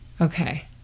Okay